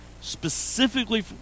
specifically